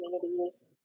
communities